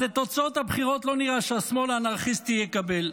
אז את תוצאות הבחירות לא נראה שהשמאל האנרכיסטי יקבל.